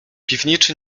piwniczy